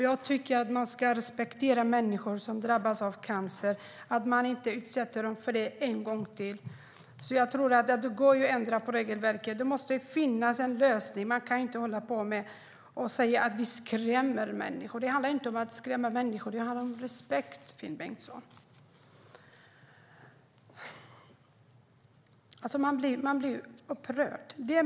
Jag tycker att man ska respektera människor som drabbas av cancer och inte utsätta dem för ännu mer. Jag tror att det går att ändra på regelverket. Det måste finnas en lösning. Ni kan inte hålla på och säga att vi skrämmer människor. Det handlar inte om att skrämma människor. Det handlar om respekt, Finn Bengtsson. Jag blir upprörd.